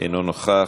אינו נוכח,